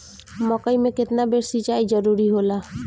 मकई मे केतना बेर सीचाई जरूरी होला?